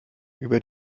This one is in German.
über